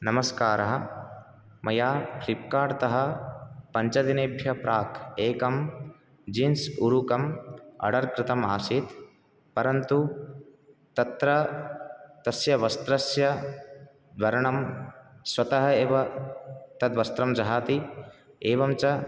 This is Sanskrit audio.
नमस्कारः मया फ़्लिप्कार्ट् तः पञ्चदिनेभ्य प्राक् एकं जीन्स् ऊरुकम् आर्डर् कृतम् आसीत् परन्तु तत्र तस्य वस्त्रस्य वरणं स्वतः एव तद्वस्त्रं जहाति एवं च